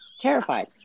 terrified